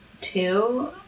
two